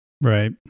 Right